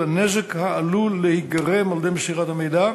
הנזק העלול להיגרם על-ידי מסירת המידע,